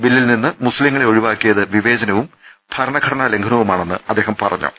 ബില്ലിൽ നിന്ന് മുസ്ലിംങ്ങളെ ഒഴിവാക്കിയത് വിവേചനവും ഭരണ്ഘടനാലംഘനവുമാണെന്ന് അദ്ദേഹം പറഞ്ഞു